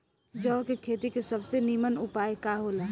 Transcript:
जौ के खेती के सबसे नीमन उपाय का हो ला?